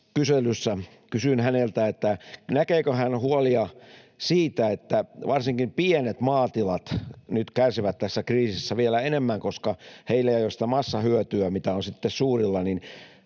kysyin häneltä, näkeekö hän huolia siitä, että varsinkin pienet maatilat nyt kärsivät tässä kriisissä vielä enemmän, koska heillä ei ole sitä massahyötyä, mitä on suurilla, ja